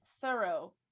thorough